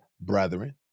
brethren